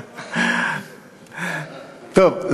טוב,